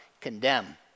Condemn